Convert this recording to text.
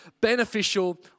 beneficial